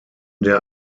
der